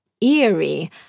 eerie